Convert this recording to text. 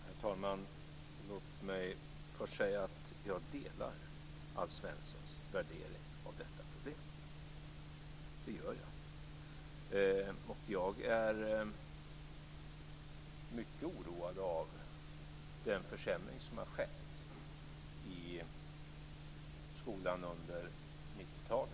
Herr talman! Låt mig först säga att jag delar Alf Svenssons värdering av detta problem. Jag är mycket oroad över den försämring som har skett i skolan under 90-talet.